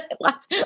lots